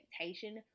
expectation